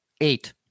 Eight